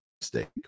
mistake